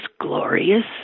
glorious